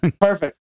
Perfect